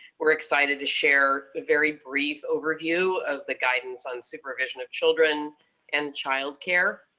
we're excited to share a very brief overview of the guidance on supervision of children and child care.